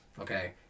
Okay